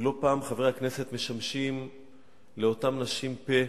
ולא פעם חברי כנסת משמשים לאותן נשים פה,